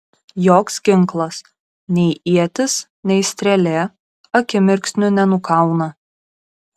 joks ginklas nei ietis nei strėlė akimirksniu nenukauna